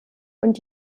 und